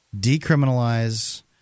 Decriminalize